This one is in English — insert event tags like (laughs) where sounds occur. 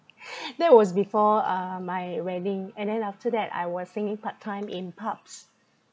(laughs) that was before uh my wedding and then after that I was singing part time in pubs